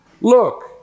Look